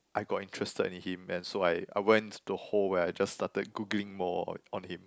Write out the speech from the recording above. I got interested in him and so I I went to hole where I just start googling more on on him